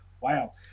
wow